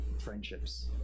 friendships